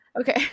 Okay